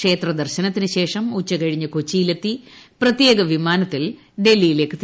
ക്ഷേത്രദർശനത്തിന് ശേഷം ഉച്ചുകഴിഞ്ഞ് കൊച്ചിയിലെത്തി പ്രത്യേക വിമാനത്തിൽ ഡൽഹിയിലേക്ക് തിരിക്കും